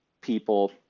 people